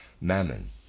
Mammon